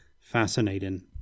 Fascinating